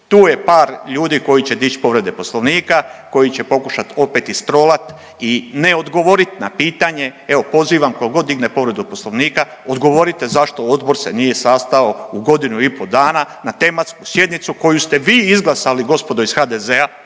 Tu je par ljudi koji će dić povrede poslovnika, koji je pokušat opet istrolat i ne odgovorit na pitanje. Evo pozivam kogod digne povredu poslovnika odgovorite zašto odbor se nije sastao u godinu i po dana na tematsku sjednicu koju ste vi izglasali gospodo iz HDZ-a,